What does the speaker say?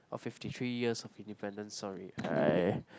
of fifty three years of independence sorry I